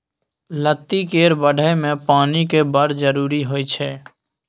लत्ती केर बढ़य मे पानिक बड़ जरुरी होइ छै